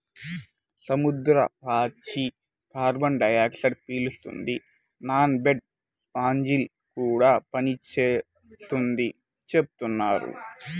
సముద్రపు పాచి కార్బన్ డయాక్సైడ్ను పీల్చుకుంటది, నానబెట్టే స్పాంజిలా కూడా పనిచేత్తదని చెబుతున్నారు